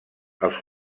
els